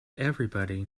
everybody